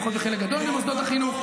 לפחות בחלק גדול במוסדות החינוך.